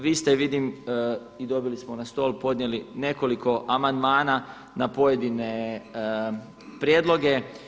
Vi ste vidim i dobili smo na stol, podnijeli nekoliko amandmana na pojedine prijedloge.